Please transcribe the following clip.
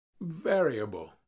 variable